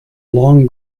long